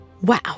Wow